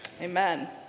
Amen